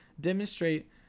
demonstrate